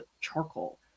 charcoal